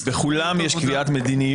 זה כל כך מיותר.